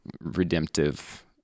redemptive